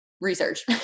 research